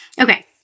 okay